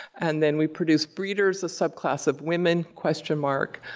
and then we produced, breeders a subclass of women? question mark,